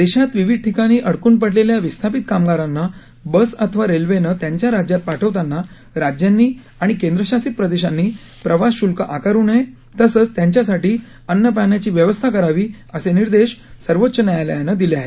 देशात विविध ठिकाणी अडकून पडलेल्या विस्थापित कामगारांना बस अथवा रेल्वेनं त्यांच्या राज्यात पाठवताना राज्यांनी आणि केंद्रशासित प्रदेशांनी प्रवास शुल्क आकारू नये तसंच त्यांच्यासाठी अन्न पाण्याची व्यवस्था करावी असे निर्देश सर्वोच्च न्यायालयानं दिले आहेत